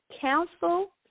Council